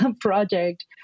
project